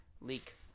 leak